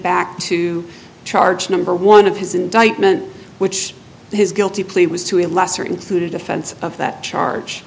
back to charge number one of his indictment which his guilty plea was to a lesser included offense of that charge